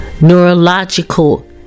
Neurological